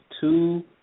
two